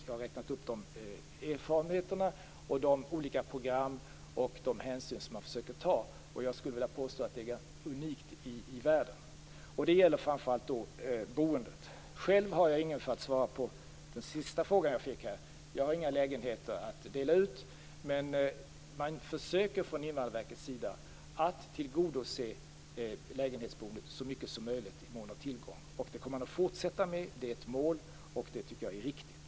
Jag har räknat upp de erfarenheterna, de olika programmen och de hänsyn som man försöker ta. Jag skulle vilja påstå att detta är unikt i världen. Det gäller då framför allt boendet. Själv har jag, för att svara på den sista frågan som jag fick här, inga lägenheter att dela ut. Men från Invandrarverkets sida försöker man så mycket som möjligt och i mån av tillgång att tillgodose önskemålen vad gäller lägenhetsboendet. Det kommer man att fortsätta med. Detta är ett mål, och det tycker jag är riktigt.